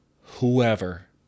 Whoever